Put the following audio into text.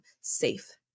safe